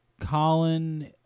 Colin